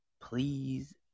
please